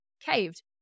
caved